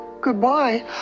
Goodbye